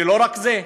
ולא רק זה,